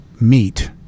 meet